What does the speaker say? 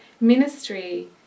ministry